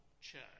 church